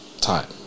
time